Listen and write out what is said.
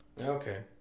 okay